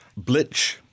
Blitch